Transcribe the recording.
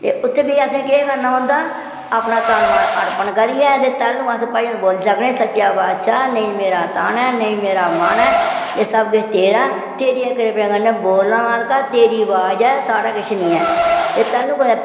ते उत्थै बेहियै असें केह् करना हुंदा अपना तन मन अर्पण करियै ते तैलूं अस भजन बोल्ली सकने सच्चे पातशाह नेईं मेरा तन ऐ नेईं मेरा मन ऐ एह् सब किश तेरा तेरी गै कृपा कन्नै बोलना मालका तेरी अवाज ऐ साढ़ा किश नी ऐ ते तैल्लूं कुतै